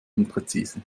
unpräzise